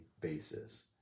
basis